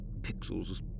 pixels